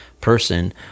person